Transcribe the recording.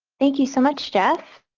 thank you so much jeff,